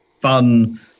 fun